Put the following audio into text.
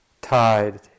tied